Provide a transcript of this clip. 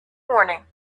morning